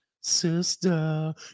Sister